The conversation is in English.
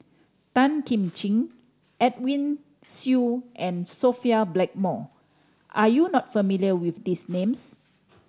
Tan Kim Ching Edwin Siew and Sophia Blackmore are you not familiar with these names